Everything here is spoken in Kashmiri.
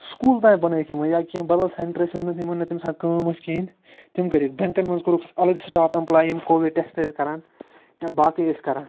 سُکوٗل تام بَنٲیِکھ یِمو یا کیٚنٛہہ بَدَل سٮ۪نٹَر ٲسۍ یِم نہٕ یِمن نہٕ تمہِ ساتہٕ کٲم ٲس کِہیٖنۍ تِم کٔرِکھ بٮ۪نٛکَن منٛز کوٚرُکھ اَلَگ سِٹاف اٮ۪مپلاے یِم کووِڈ ٹٮ۪سٹ ٲسۍ کَران یا باقٕے ٲسۍ کَران